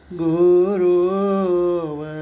guru